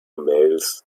males